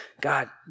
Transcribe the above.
god